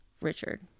Richard